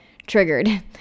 triggered